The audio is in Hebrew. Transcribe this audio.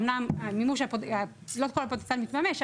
אמנם לא כל הפוטנציאל מתממש,